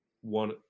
One